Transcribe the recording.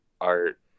art